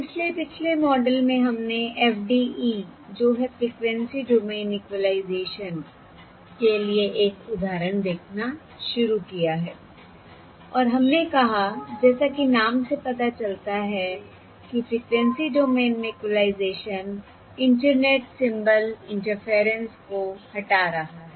इसलिए पिछले मॉडल में हमने FDE जो है फ्रीक्वेंसी डोमेन इक्विलाइज़ेशन के लिए एक उदाहरण देखना शुरू किया है और हमने कहा जैसा कि नाम से पता चलता है कि फ्रीक्वेंसी डोमेन में इक्विलाइज़ेशन इंटरनेट सिंबल इंटरफेरेंस को हटा रहा है